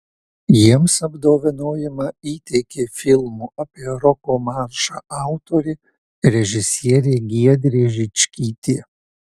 jiems apdovanojimą įteikė filmo apie roko maršą autorė režisierė giedrė žičkytė